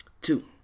Two